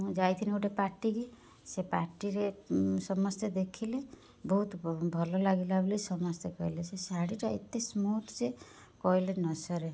ମୁଁ ଯାଇଥିଲି ଗୋଟେ ପାର୍ଟିକି ସେ ପାର୍ଟିରେ ସମସ୍ତେ ଦେଖିଲେ ବହୁତ ଭଲ ଲାଗିଲା ବୋଲି ସମସ୍ତେ କହିଲେ ସେ ଶାଢ଼ିଟା ଏତେ ସ୍ମୁଥ୍ ଯେ କହିଲେ ନସରେ